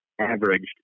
averaged